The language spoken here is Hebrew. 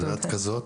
ואת כזאת,